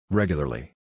Regularly